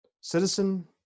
citizen